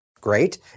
great